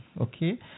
okay